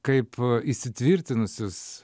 kaip įsitvirtinusius